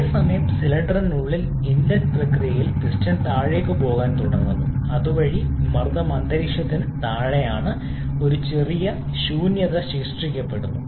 അതേസമയം സിലിണ്ടറിനുള്ളിൽ ഇൻലെറ്റ് പ്രക്രിയയിൽ പിസ്റ്റൺ താഴേക്ക് പോകാൻ തുടങ്ങുന്നു അതുവഴി മർദ്ദം അന്തരീക്ഷത്തിന് താഴെയാണ് ഒരു ചെറിയ ശൂന്യത സൃഷ്ടിക്കുന്നു